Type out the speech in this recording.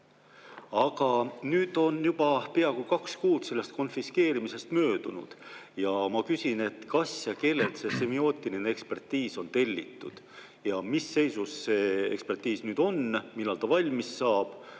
Nüüd on juba peaaegu kaks kuud sellest konfiskeerimisest möödunud ja ma küsin, kas ja kellelt see semiootiline ekspertiis on tellitud, mis seisus see ekspertiis on ja millal see valmis saab.